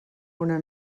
una